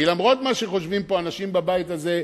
כי למרות מה שחושבים פה אנשים בבית הזה,